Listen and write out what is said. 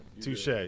touche